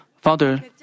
Father